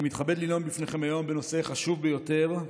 אני מתכבד לנאום בפניכם היום בנושא חשוב ביותר: